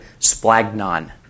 splagnon